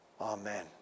Amen